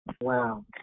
Wow